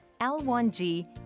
L1G